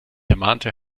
ermahnte